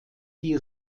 die